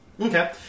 Okay